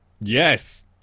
Yes